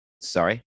Sorry